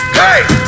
hey